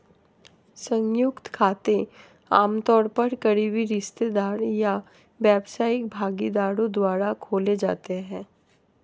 संयुक्त खाते आमतौर पर करीबी रिश्तेदार या व्यावसायिक भागीदारों द्वारा खोले जाते हैं